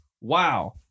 wow